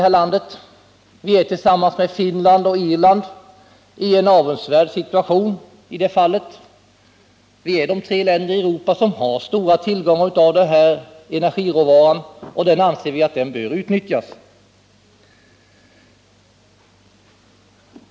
Sverige befinner sig tillsammans med Finland och Irland i en avundsvärd situation i det fallet. Vi är de tre länder i Europa som har stora tillgångar av denna energiråvara, och den bör utnyttjas.